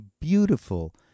beautiful